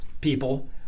people